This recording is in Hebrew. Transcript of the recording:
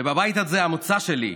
שבבית הזה המוצא שלי,